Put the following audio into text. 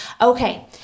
Okay